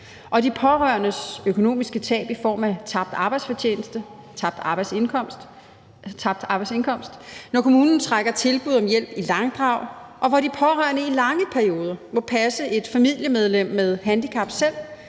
Og de pårørendes økonomiske tab i form af tabt arbejdsfortjeneste og tabt arbejdsindkomst, når kommunen trækker tilbud om hjælp i langdrag og de pårørende i lange perioder må passe et familiemedlem med handicap selv,